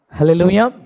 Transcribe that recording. Hallelujah